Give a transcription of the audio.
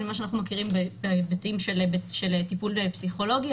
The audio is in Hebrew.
אבל ממה שאנחנו מכירים בהיבטים של טיפול פסיכולוגי,